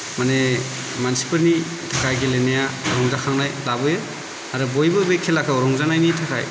माने मानसिफोरनि जा गेलेनाया रंजाखांनाय लाबोयो आरो बयबो बे खेलाखौ रंजानायनि थाखाय